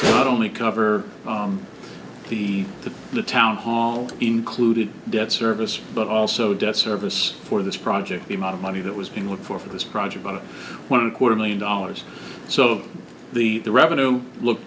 not only cover the town hall included debt service but also debt service for this project the amount of money that was being worked for for this project one quarter million dollars so the revenue look